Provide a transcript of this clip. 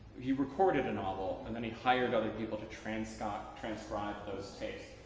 he recorded a novel and then he hired other people to transcribe transcribe those tapes.